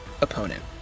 opponent